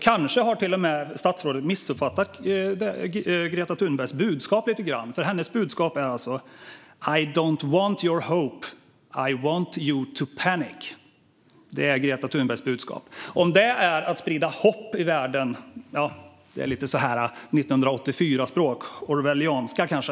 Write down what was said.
Kanske har statsrådet till och med missuppfattat Greta Thunbergs budskap. Hennes budskap är: I don't want your hope. I want you to panic. Det är Greta Thunbergs budskap. Om det är att sprida hopp i världen känns det som 1984-språk - orwellianska kanske.